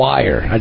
Wire